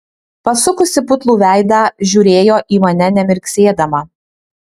pasukusi putlų veidą žiūrėjo į mane nemirksėdama